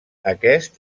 aquest